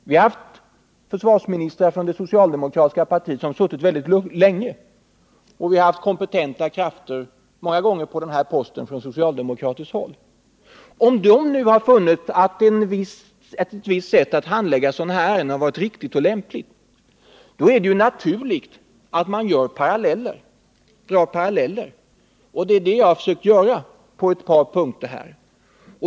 Vi har haft försvarsministrar från det socialdemokratiska partiet som suttit mycket länge, och det har många gånger varit kompetenta krafter på den posten. Om de nu har funnit att ett visst sätt att handlägga sådana här ärenden har varit riktigt och lämpligt är det naturligt att man drar paralleller. Det är det jag har försökt göra på ett par punkter.